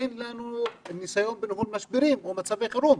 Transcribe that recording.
אין לנו ניסיון בניהול משברים או מצבי חירום,